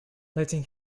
letting